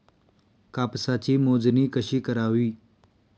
कापसाची मोजणी कशी करावी?